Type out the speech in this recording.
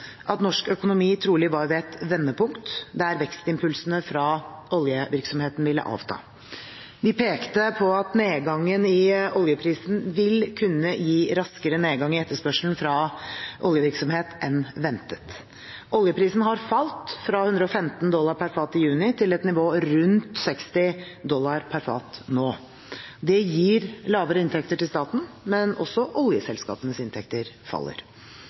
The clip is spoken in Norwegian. at norsk økonomi trolig var ved et vendepunkt, der vekstimpulsene fra oljevirksomheten ville avta. Vi pekte på at nedgangen i oljeprisen vil kunne gi raskere nedgang i etterspørselen fra oljevirksomhet enn ventet. Oljeprisen har falt fra 115 dollar per fat i juni til et nivå rundt 60 dollar per fat nå. Det gir lavere inntekter til staten, men også oljeselskapenes inntekter faller.